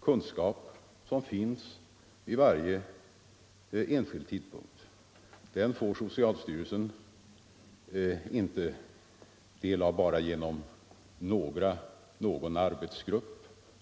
kunskap som finns vid varje enskild tidpunkt. Den får socialstyrelsen inte del av enbart genom en arbetsgrupp.